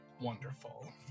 wonderful